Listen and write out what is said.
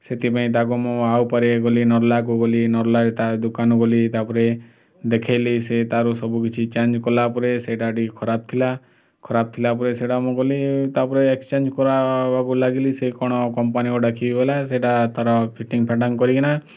ସେଥିପାଇଁ ତାକୁ ମୁଁ ଆଉ ପରେ ଗଲି ନରଲା କୁ ଗଲି ନରଲାରେ ତା ଦୋକାନକୁ ଗଲି ତାପରେ ଦେଖାଇଲି ସେ ତାର ସବୁକିଛି ଚେଞ୍ଜ କଲାପରେ ସେଇଟା ଟିକେ ଖରାପ ଥିଲା ଖରାପ ଥିଲା ପରେ ସେଇଟା ମୁଁ ଗଲି ତାପରେ ଏକ୍ସଚେଞ୍ଜ କରା ବାକୁ ଲାଗିଲି ସେ କ'ଣ କମ୍ପାନୀ ଗୋଟେ କି କହିଲା ସେଇଟା ତାର ଫିଟିଙ୍ଗ ଫାଟଙ୍ଗ କରିକିନା